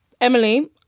Emily